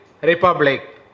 republic